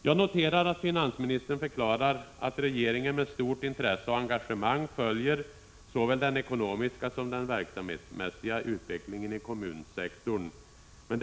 Jag noterar att finansministern förklarar att regeringen med stort intresse och engagemang följer såväl den ekonomiska som den verksamhetsmässiga utvecklingen i kommunsektorn.